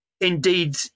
indeed